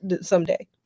someday